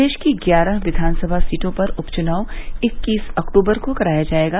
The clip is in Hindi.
प्रदेश की ग्यारह विधानसभा सीटों पर उप चुनाव इक्कीस अक्टूबर को कराया जायेगा